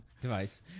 device